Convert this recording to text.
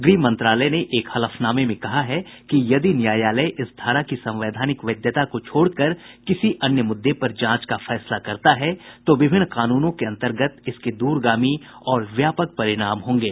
गृह मंत्रालय ने एक हलफनामे में कहा है कि यदि न्यायालय इस धारा की संवैधानिक वैधता को छोड़कर किसी अन्य मुद्दे पर जांच का फैसला करता है तो विभिन्न कानूनों के अन्तर्गत इसके दूरगामी और व्यापक परिणाम होंगे